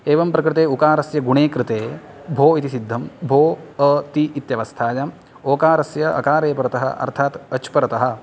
एवं प्रकृते उकारस्य गुणीकृते भो इति सिद्धं भो अ ति इत्यवस्थायां ओकारस्य अकारे परतः अर्थात् अच् परतः